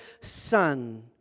Son